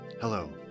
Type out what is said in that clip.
Hello